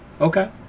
okay